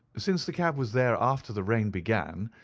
since the cab was there after the rain began,